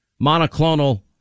monoclonal